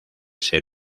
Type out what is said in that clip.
ser